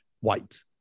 White